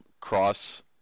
cross